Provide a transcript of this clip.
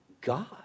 God